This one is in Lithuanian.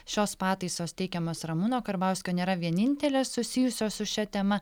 šios pataisos teikiamos ramūno karbauskio nėra vienintelės susijusios su šia tema